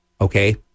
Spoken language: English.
okay